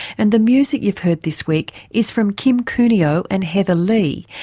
and the music you've heard this week is from kim cunio and heather lee,